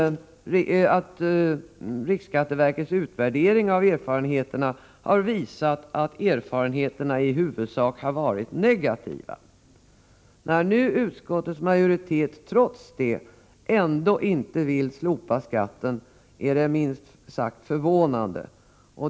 Riksskatteverkets utvärdering har också visat att erfarenheterna i huvudsak har varit negativa. När nu utskottets majoritet trots det ändå inte vill slopa skatten är det minst sagt förvånande.